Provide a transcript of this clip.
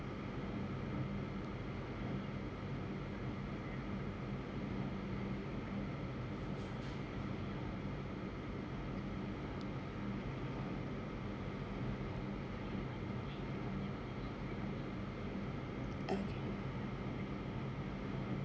okay